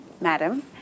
madam